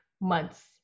months